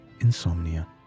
insomnia